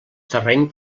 terreny